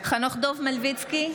חנוך דב מלביצקי,